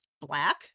Black